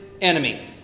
enemy